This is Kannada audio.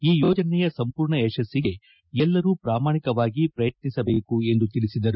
ಈ ಯೋಜನೆಯ ಸಂಪೂರ್ಣ ಯಶಸ್ಸಿಗೆ ಎಲ್ಲರೂ ಪ್ರಾಮಾಣಿಕವಾಗಿ ಪ್ರಯತ್ನಿಸಬೇಕು ಎಂದು ತಿಳಿಸಿದ್ದಾರೆ